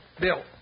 Bill